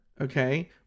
okay